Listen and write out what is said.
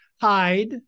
Hide